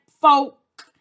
folk